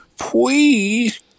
please